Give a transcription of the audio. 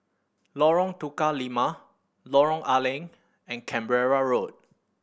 Lorong Tukang Lima Lorong A Leng and Canberra Road